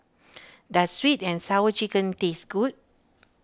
does Sweet and Sour Chicken taste good